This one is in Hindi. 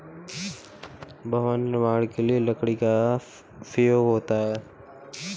भवन निर्माण के लिए लकड़ी का उपयोग होता है